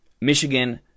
Michigan